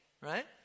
right